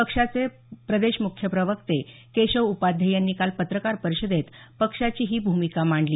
पक्षाचे प्रदेश मुख्य प्रवक्ते केशव उपाध्ये यांनी काल पत्रकार परिषदेत पक्षाची ही भूमिका मांडली